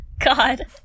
God